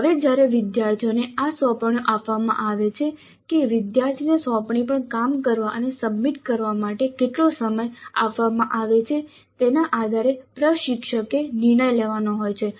હવે જ્યારે વિદ્યાર્થીઓને આ સોંપણીઓ આપવામાં આવે છે કે વિદ્યાર્થીને સોંપણી પર કામ કરવા અને સબમિટ કરવા માટે કેટલો સમય આપવામાં આવે છે તેના આધારે પ્રશિક્ષકે નિર્ણય લેવાનો હોય છે